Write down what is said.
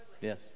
Yes